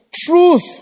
Truth